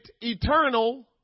eternal